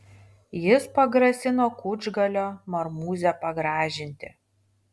jis pagrasino kučgalio marmūzę pagražinti